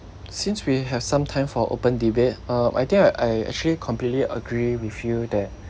since we have some time for open debate uh I think uh I actually completely agree with you that